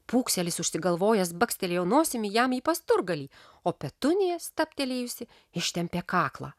pūkselis užsigalvojęs bakstelėjo nosimi jam į pasturgalį o petunija stabtelėjusi ištempė kaklą